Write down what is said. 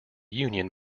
union